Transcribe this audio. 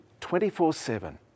24-7